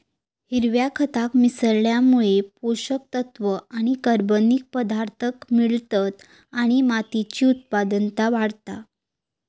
हिरव्या खताक मिसळल्यामुळे पोषक तत्त्व आणि कर्बनिक पदार्थांक मिळतत आणि मातीची उत्पादनता वाढता